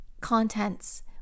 contents